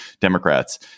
Democrats